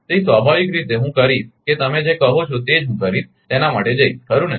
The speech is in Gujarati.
તેથી સ્વાભાવિક રીતે હું કરીશ કે તમે જે કહો છો તે જ હું કરીશ તેના માટે જઇશ ખરુ ને